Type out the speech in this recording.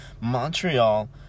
Montreal